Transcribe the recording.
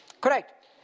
Correct